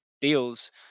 deals